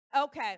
Okay